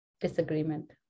Disagreement